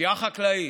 פשיעה חקלאית,